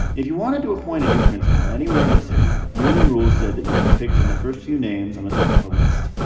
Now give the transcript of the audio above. if you wanted to appoint a new principal anywhere in the city, union rules said that you had to pick from the first few names on the top of the list.